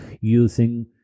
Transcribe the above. using